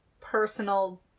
personal